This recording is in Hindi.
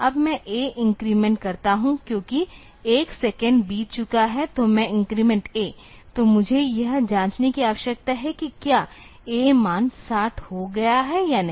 अब मैं A इन्क्रीमेंट करता हूं क्योंकि 1 सेकंड बीत चुका है तो मैं इन्क्रीमेंट A तो मुझे यह जांचने की आवश्यकता है कि क्या A मान 60 हो गया है या नहीं